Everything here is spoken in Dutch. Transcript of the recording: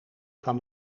kwam